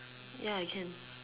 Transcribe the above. ya I can